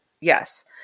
yes